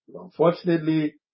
Unfortunately